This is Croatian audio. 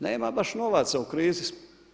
Nema baš novaca, u krizi smo.